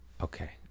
Okay